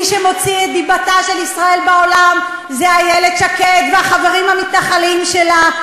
מי שמוציאים את דיבת ישראל בעולם היא איילת שקד והחברים המתנחלים שלה.